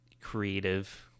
creative